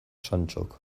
santxok